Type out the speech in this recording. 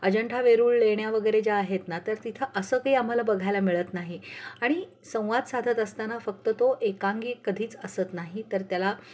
अजंठा वेरूळ लेण्या वगैरे ज्या आहेत ना तर तिथं असं काही आम्हाला बघायला मिळत नाही आणि संवाद साधत असताना फक्त तो एकांगी कधीच असत नाही तर त्याला